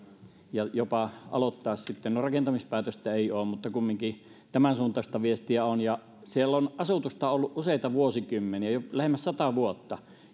ja jopa aloittaa no rakentamispäätöstä ei ole mutta kumminkin tämän suuntaista viestiä on siellä on asutusta ollut useita vuosikymmeniä jo lähemmäs sata vuotta